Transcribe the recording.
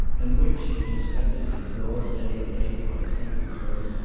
and which, inspected in broad day later on a country road,